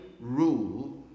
rule